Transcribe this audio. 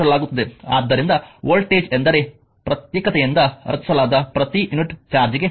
ಆದ್ದರಿಂದ ವೋಲ್ಟೇಜ್ ಎಂದರೆ ಪ್ರತ್ಯೇಕತೆಯಿಂದ ರಚಿಸಲಾದ ಪ್ರತಿ ಯೂನಿಟ್ ಚಾರ್ಜ್ಗೆ ಶಕ್ತಿ